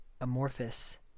Amorphous